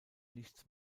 nichts